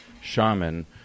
shaman